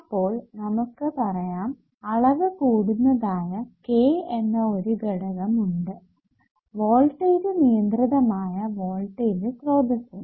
അപ്പോൾ നമുക്ക് പറയാം അളവ് കൂട്ടുന്നതായ k എന്ന ഒരു ഘടകം ഉണ്ട് വോൾടേജ് നിയന്ത്രിതമായ വോൾടേജ് സ്രോതസ്സിന്